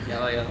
ya lor ya lor